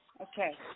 Okay